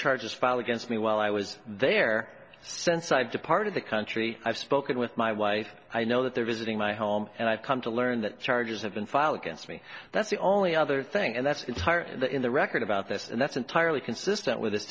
charges filed against me while i was there since i've departed the country i've spoken with my wife i know that they're visiting my home and i've come to learn that charges have been filed against me that's the only other thing and that's entirely the in the record about this and that's entirely consistent with